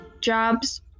jobs